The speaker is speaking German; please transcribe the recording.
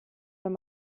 wenn